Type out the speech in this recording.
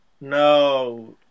no